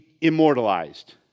immortalized